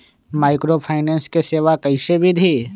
Microfinance के सेवा कइसे विधि?